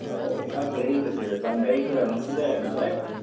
औ अखा गोग्लैहोगोरदो बांद्राय गोरानावथ' जाया नालाय